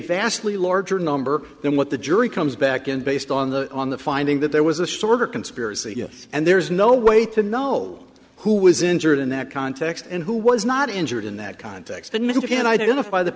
larger number than what the jury comes back in based on the on the finding that there was a sort of conspiracy yes and there's no way to know who was injured in that context and who was not injured in that context and mr can identify the